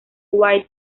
white